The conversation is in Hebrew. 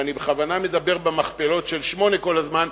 ובכוונה אני מדבר במכפלות של שמונה כל הזמן,